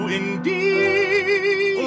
indeed